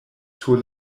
sur